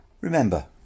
Remember